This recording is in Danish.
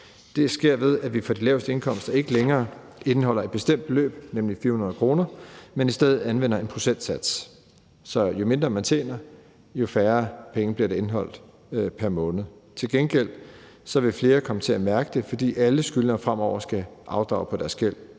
Det sker, ved at vi for de laveste indkomster ikke længere indeholder et bestemt beløb, nemlig 400 kr., men i stedet anvender en procentsats. Så jo mindre man tjener, jo færre penge bliver der indeholdt pr. måned. Til gengæld vil flere komme til at mærke det, fordi alle skyldnere fremover skal afdrage på deres gæld